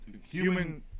human